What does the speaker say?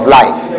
life